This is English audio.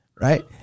right